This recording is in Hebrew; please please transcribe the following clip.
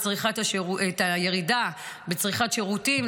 את הירידה בצריכת שירותים,